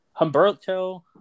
Humberto